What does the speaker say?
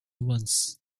once